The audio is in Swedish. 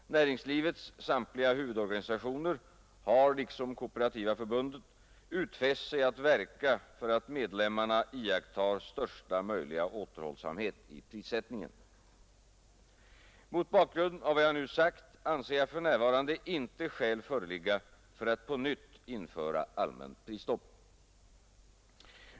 Näringslivets samtliga huvudorganisationer har liksom - Kooperativa förbundet utfäst sig att verka för att medlemmarna iakttar största möjliga återhållsamhet i prissättningen. Mot bakgrund av vad jag nu sagt anser jag för närvarande inte skäl föreligga för att på nytt införa allmänt prisstopp.